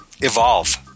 evolve